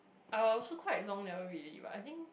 I also quite long never read already but I think